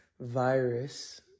virus